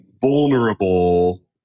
vulnerable